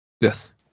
yes